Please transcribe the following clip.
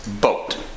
boat